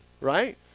right